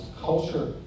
culture